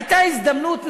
הייתה הזדמנות נדירה,